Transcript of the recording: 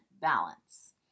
balance